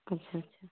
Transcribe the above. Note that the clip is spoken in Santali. ᱟᱪᱪᱷᱟ ᱟᱪᱪᱷᱟ